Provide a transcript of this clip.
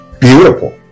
Beautiful